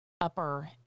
upper